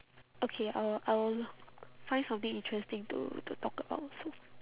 okay I will I will find something interesting to to talk about also